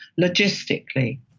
logistically